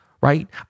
right